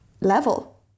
level